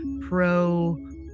pro